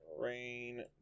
Rain